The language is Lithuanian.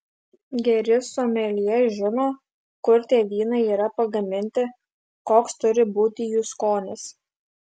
geri someljė žino kur tie vynai yra pagaminti koks turi būti jų skonis